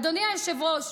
אדוני היושב-ראש,